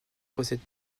possède